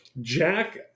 Jack